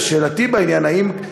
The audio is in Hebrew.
ושאלתי בעניין היא,